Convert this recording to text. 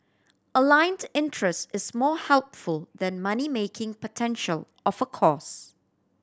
aligned interest is more helpful than money making potential of a course